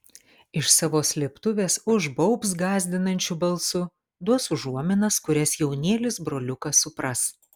iš savo slėptuvės užbaubs gąsdinančiu balsu duos užuominas kurias jaunėlis broliukas supras